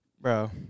bro